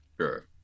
Sure